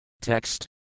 Text